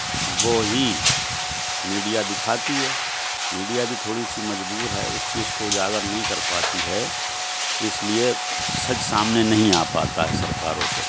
وہ ہی میڈیا دکھاتی ہے میڈیا بھی تھوڑی سی مجبور ہے اس چیز کو اجاگر نہیں کر پاتی ہے اس لیے سچ سامنے نہیں آ پاتا ہے سرکاروں کے